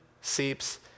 seeps